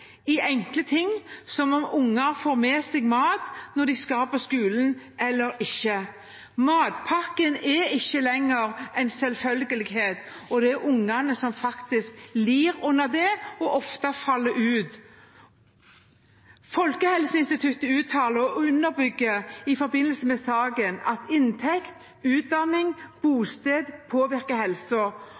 mat når de skal på skolen eller ikke. Matpakken er ikke lenger en selvfølgelighet, og det er ungene som faktisk lider under det og ofte faller ut. Folkehelseinstituttet uttaler og underbygger i forbindelse med saken at inntekt, utdanning og bosted påvirker